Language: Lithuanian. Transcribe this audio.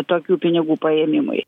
tokių pinigų paėmimui